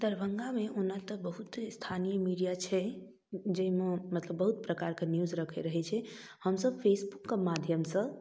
दरभङ्गामे ओना तऽ बहुत स्थानीय मीडिआ छै जाहिमे मतलब बहुत प्रकारके न्यूज रखै रहै छै हमसभ फेसबुकके माध्यमसँ